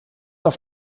auf